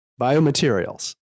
biomaterials